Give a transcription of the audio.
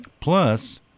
Plus